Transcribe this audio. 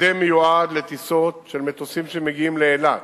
השדה מיועד לטיסות של מטוסים שמגיעים לאילת,